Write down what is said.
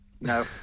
no